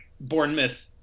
Bournemouth